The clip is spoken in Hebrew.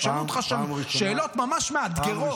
ישאלו אותך שם שאלות ממש מאתגרות.